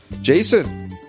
jason